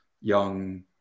young